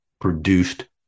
produced